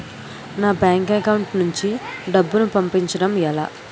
నా bank account నుంచి డబ్బును పంపించడం ఎలా?